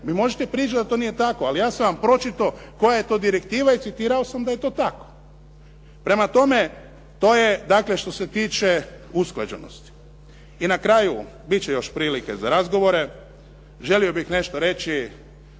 Vi možete pričati da to nije tako ali ja sam vam pročitao koja je to direktiva i citirao sam da je to tako. Prema tome, to je dakle što se tiče usklađenosti. I na kraju, bit će još prilike za razgovore, želio bih nešto reći